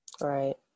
Right